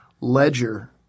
ledger